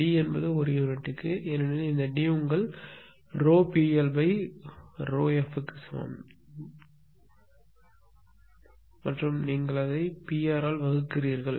D என்பது யூனிட்டுக்கு ஏனெனில் இந்த D உங்கள் ∂P L∂f க்கு சமம் மற்றும் நீங்கள் அதை P r ஆல் வகுக்கிறீர்கள்